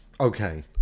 Okay